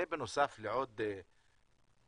זה בנוסף לעוד מאות